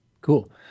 Cool